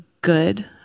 good